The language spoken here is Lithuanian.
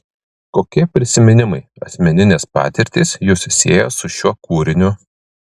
kokie prisiminimai asmeninės patirtys jus sieja su šiuo kūriniu